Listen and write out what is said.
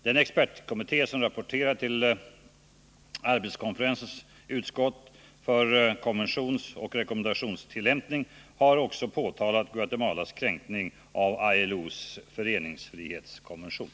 Den expertkommitté som rapporterar till arbetskonferensens utskott för konven tionsoch rekommendationstillämpning har också påtalat Guatemalas kränkning av ILO:s föreningsfrihetskonvention.